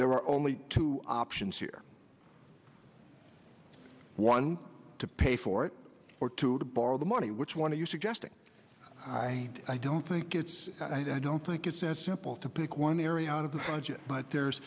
there are only two options here one to pay for it or two to borrow the money which one of you suggesting i don't think it's i don't think it's as simple to pick one area out of the project but there's